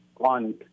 on